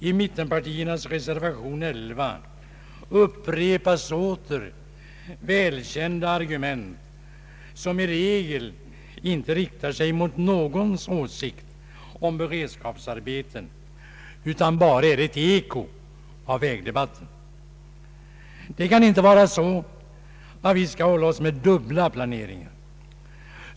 I mittenpartiernas reservation 11 upprepas åter välkända argument, som i regel inte riktar sig mot någons åsikt om beredskapsarbeten utan bara är ett eko från vägdebatten. Det kan inte vara så att vi skall hålla oss med dubbla planeringar.